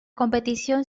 competición